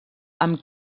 amb